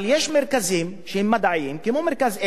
אבל יש מרכזים שהם מדעיים, כמו "מרכז אדוה",